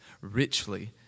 richly